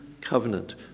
covenant